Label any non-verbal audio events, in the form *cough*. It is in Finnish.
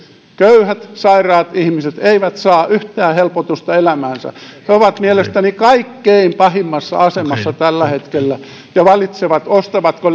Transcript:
köyhät sairaat ihmiset eivät saa yhtään helpotusta elämäänsä he ovat mielestäni kaikkein pahimmassa asemassa tällä hetkellä ja valitsevat ostavatko *unintelligible*